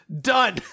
done